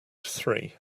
three